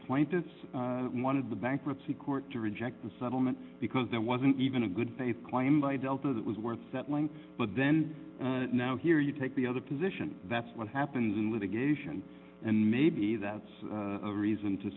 plaintiffs in one of the bankruptcy court to reject the settlement because there wasn't even a good paper claim by delta that was worth settling but then now here you take the other position that's what happens in litigation and maybe that's a reason to